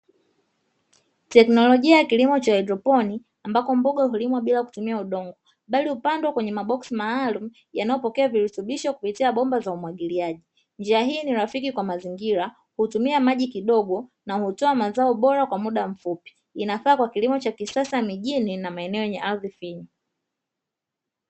Teknolojia ya kilimo cha haidroponi ambapo mboga hulimwa bila kutumia udongo, bali hupandwa kwenye maboksi maalumu yanayopokea virutubisho kupitia bomba za umwagiliaji, njia hii ni rafiki kwa mazingira hutumia maji kidogo na hutoa mazao bora kwa muda mfupi, inafaa kwa kilimo cha kisasa mijini na maeneo yenye ardhi finyu.